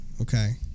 okay